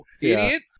Idiot